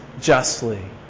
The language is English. justly